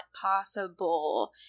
possible